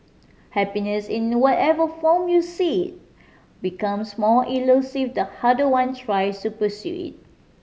happiness in whatever form you see becomes more elusive the harder one tries to pursue it